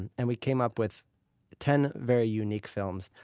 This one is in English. and and we came up with ten very unique films.